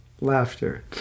Laughter